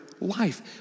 life